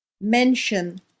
Mention